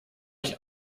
ich